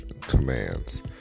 commands